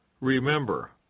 Remember